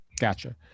Gotcha